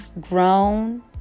grown